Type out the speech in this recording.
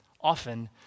often